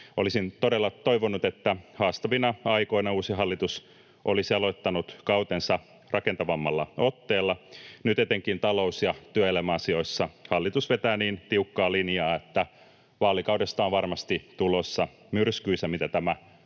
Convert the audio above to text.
Olisin todella toivonut, että haastavina aikoina uusi hallitus olisi aloittanut kautensa rakentavammalla otteella. Nyt etenkin talous- ja työelämäasioissa hallitus vetää niin tiukkaa linjaa, että vaalikaudesta on varmasti tulossa myrskyisä, mitä tämä tässä